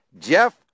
Jeff